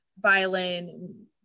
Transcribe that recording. violin